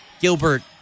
Gilbert